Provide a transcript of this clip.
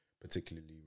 particularly